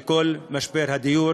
תיתן מענה לכל משבר הדיור,